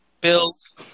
Bills